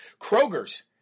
Kroger's